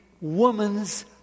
woman's